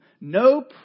no